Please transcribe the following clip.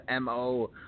mo